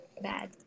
bad